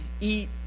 eat